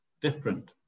different